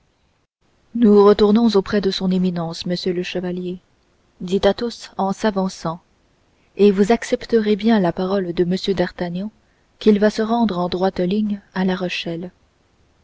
nous retournons auprès de son éminence monsieur le chevalier dit athos en s'avançant et vous accepterez bien la parole de m d'artagnan qu'il va se rendre en droite ligne à la rochelle